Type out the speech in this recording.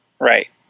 Right